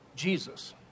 Jesus